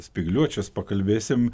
spygliuočius pakalbėsim